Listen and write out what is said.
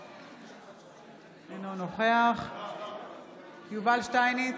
אינו נוכח יובל שטייניץ,